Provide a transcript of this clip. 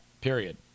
period